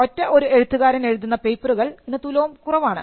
ഒറ്റ ഒരു എഴുത്തുകാരൻ എഴുതുന്ന പേപ്പറുകൾ ഇന്ന് തുലോം കുറവാണ്